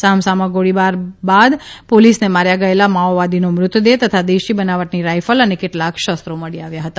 સામસામા ગોળીબાર બાદ પોલીસને માર્યા ગયેલા માઓવાદીનો મૃતદેહ તથા દેશી બનાવટની રાઇફલ અને કેટલાક શસ્ત્રો મળી આવ્યા હતા